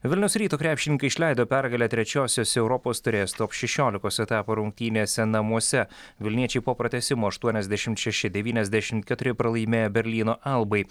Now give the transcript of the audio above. vilniaus ryto krepšininkai išleido pergalę trečiosiose europos taurės top šešiolikos etapo rungtynėse namuose vilniečiai po pratęsimo aštuoniasdešimt šeši devyniasdešimt keturi pralaimėjo berlyno albai